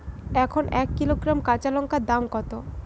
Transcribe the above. এখন এক কিলোগ্রাম কাঁচা লঙ্কার দাম কত?